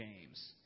James